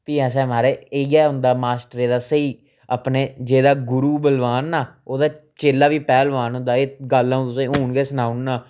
फ्ही असें महाराज इ'यै होंदा मास्टरै दा स्हेई अपने जेह्दा गुरू बलबान न ओह्दा चेला बी पैह्लवान होंदा एह् गल्ल अ'ऊं तुसेंगी हून गै सनाऊ उड़ना